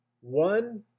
One